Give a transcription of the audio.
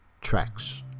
Tracks